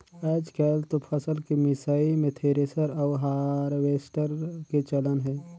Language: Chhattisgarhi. आयज कायल तो फसल के मिसई मे थेरेसर अउ हारवेस्टर के चलन हे